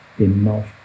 enough